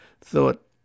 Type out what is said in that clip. thought